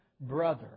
brother